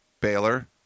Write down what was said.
Baylor